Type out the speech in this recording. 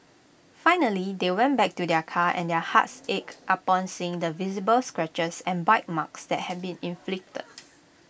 finally they went back to their car and their hearts ached upon seeing the visible scratches and bite marks that had been inflicted